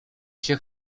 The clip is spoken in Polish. się